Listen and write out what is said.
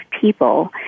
people